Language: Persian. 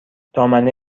دامنه